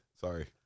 Sorry